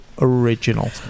original